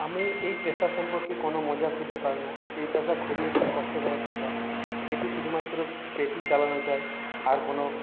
আমি এই পেশা সম্পর্কে কোনো মজা খুঁজে পাই না এই পেশা খুবই একটি কষ্টদায়ক পেশা এটি শুধুমাত্র পেটই চালানো যায় আর কোনো